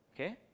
Okay